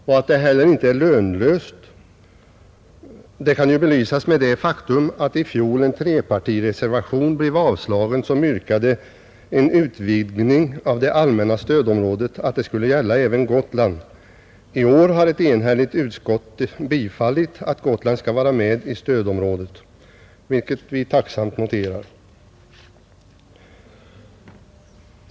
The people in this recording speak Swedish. Och att det inte heller är lönlöst belyses av det faktum att i fjol en trepartireservation blev avslagen som yrkade att en utvidgning av det allmänna stödområdet skulle gälla även Gotland. I år har ett enhälligt utskott biträtt förslaget att Gotland skall vara med i stödområdet, vilket vi tacksamt noterar.